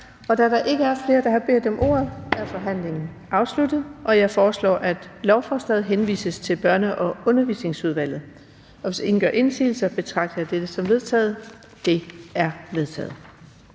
Da der ikke er flere, der har bedt om ordet, er forhandlingen afsluttet. Jeg foreslår, at lovforslaget henvises til Børne- og Undervisningsudvalget. Hvis ingen gør indsigelse, betragter jeg dette som vedtaget. Det er vedtaget.